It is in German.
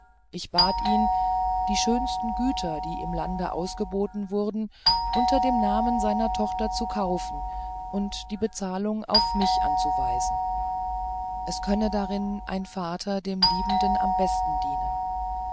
ich bat ihn die schönsten güter die im lande ausgeboten wurden unter dem namen seiner tochter zu kaufen und die bezahlung auf mich anzuweisen es könne darin ein vater dem liebenden am besten dienen